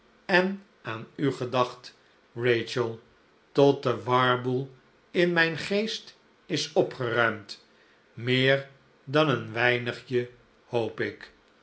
en aan u gedacht rachel tot de warboel in mijn geest is opgeruimd meer dan een weinigje hoop ik